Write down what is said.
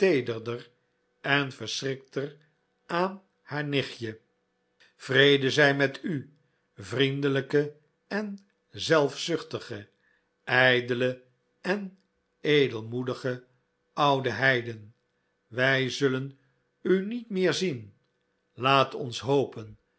en verschrikter aan haar nichtje vrede zij met u vriendelijke en zelfzuchtige ijdele en edelmoedige oude heiden wij zullen u niet meer zien laat ons hopen